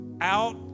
out